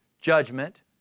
judgment